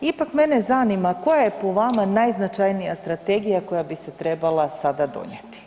Ipak mene zanima koja je po vama najznačajnija strategija koja bi se trebala sada donijeti.